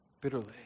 bitterly